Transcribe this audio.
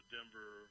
Denver